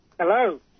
hello